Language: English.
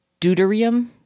deuterium